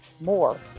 more